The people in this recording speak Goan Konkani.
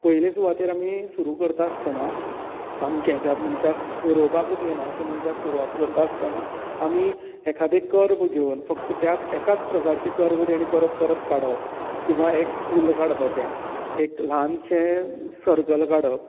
पयले सुवातेर आमी सुरू करता आसतना सामके ज्या मनशाक बरोवपाकूच येना अश्या मनशाक सुरवात करता आसतना आमी एखादे कर्व घेवन फक्त त्याच एकाच प्रकारचे कर्व तेंणी परत परत काडप किंवां एक फूल काडपाचे एक ल्हानशें सर्कल काडप